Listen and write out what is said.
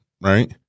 right